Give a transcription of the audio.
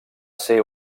ser